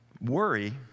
Worry